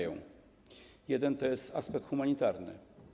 Jeden to jest aspekt humanitarny.